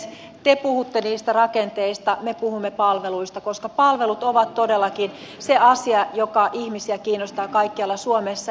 te puhutte niistä rakenteista me puhumme palveluista koska palvelut ovat todellakin se asia joka ihmisiä kiinnostaa kaikkialla suomessa